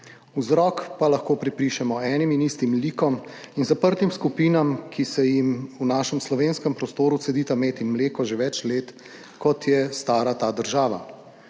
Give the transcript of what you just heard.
Vzrok pa lahko pripišemo enim in istim likom in zaprtim skupinam, ki se jim v našem slovenskem prostoru cedita med in mleko že več let, kot je stara ta država.